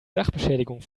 sachbeschädigung